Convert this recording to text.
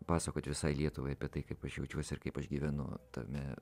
pasakoti visai lietuvai apie tai kaip aš jaučiuosi ir kaip aš gyvenu tame